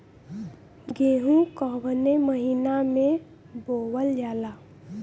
गेहूँ कवने महीना में बोवल जाला?